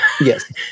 Yes